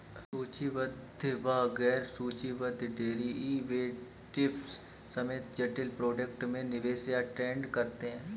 सूचीबद्ध व गैर सूचीबद्ध डेरिवेटिव्स समेत जटिल प्रोडक्ट में निवेश या ट्रेड करते हैं